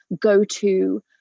go-to